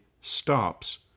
stops